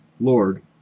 Lord